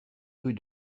rue